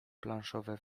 planszowe